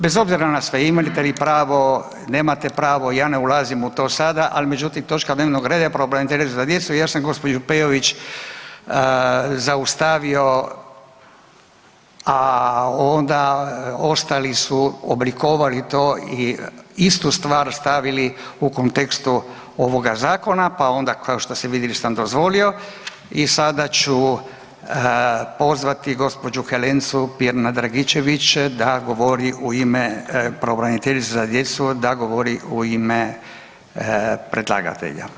Bez obzira na sve, imate li pravo, nemate pravo, ja ne ulazim u to sada, ali međutim, točka dnevnog reda je pravobraniteljica za djecu i ja sam gđu. Peović zaustavio, a onda ostali su oblikovali to i istu stvar stavili u kontekstu ovoga zakona, pa onda, kao što ste vidjeli sam dozvolio i sada ću pozvati gđu. Helencu Pirnat Dragičević da govori u ime pravobraniteljice za djecu da govori u ime predlagatelja.